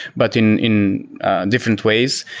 but in in different ways.